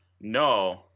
No